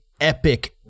epic